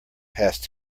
past